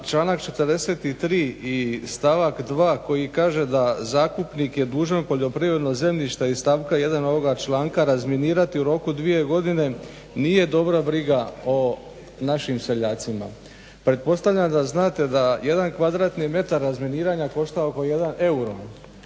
članak 43. i stavak 2. koji kaže:"Da zakupnik je dužan u poljoprivredno zemljište iz stavka 1. ovoga članka razminirati u roku 2 godine nije dobra briga o našim seljacima." Pretpostavljam da znate da 1 kvadratni metar razminiranja košta oko 1 euro,